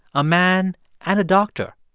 a man and a doctor.